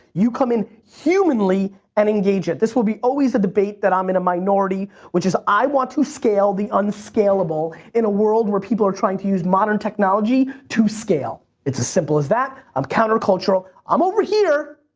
you come in humanly and engage it. this will be always a debate that i'm in a minority which is i want to scale the unscalable in a world where people are trying to use modern technology to scale. it's as simple as that. i'm counter cultural. i'm over here,